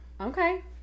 okay